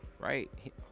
right